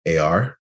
ar